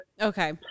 Okay